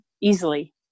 easily